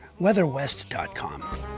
Weatherwest.com